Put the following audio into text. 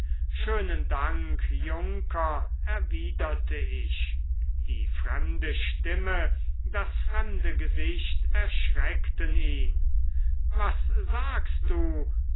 schönen dank junker erwiderte ich die fremde stimme das fremde gesicht erschreckten ihn was sagst du